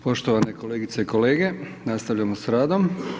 Poštovane kolegice i kolege, nastavljamo s radom.